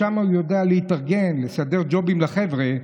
שם הוא יודע להתארגן, לסדר ג'ובים לחבר'ה,